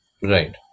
Right